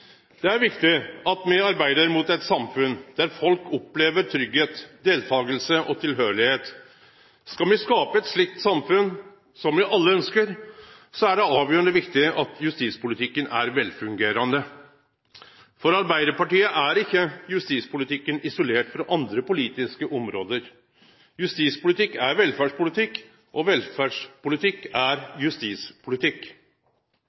Det er viktig at me arbeider mot eit samfunn der folk opplever tryggleik, deltaking og tilhøyr. Skal me skape eit slikt samfunn, som me alle ønskjer, er det avgjerande viktig at justispolitikken er velfungerande. For Arbeidarpartiet er ikkje justispolitikken isolert frå andre politiske område. Justispolitikk er velferdspolitikk, og velferdspolitikk